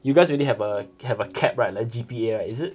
you guys already have a have a cap right like G_P_A right is it